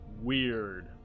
weird